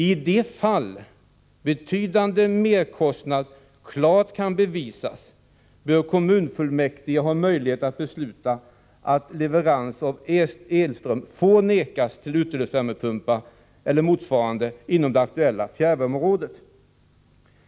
I de fall betydande merkostnad klart kan bevisas bör kommunfullmäktige ha möjlighet att besluta att leverans av elström får vägras till uteluftsvärmepumpar eller motsvarande inom det aktuella fjärrvärmeområdet.